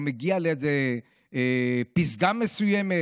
או מגיע לאיזו פסגה מסוימת,